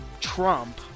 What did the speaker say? Trump